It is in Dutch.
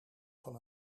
van